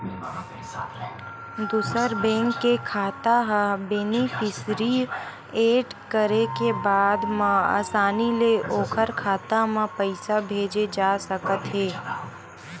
दूसर बेंक के खाता ह बेनिफिसियरी एड करे के बाद म असानी ले ओखर खाता म पइसा भेजे जा सकत हे